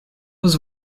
was